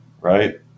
right